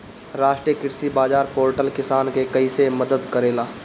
राष्ट्रीय कृषि बाजार पोर्टल किसान के कइसे मदद करेला?